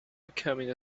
becoming